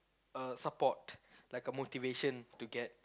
a support like a motivation to get